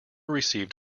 received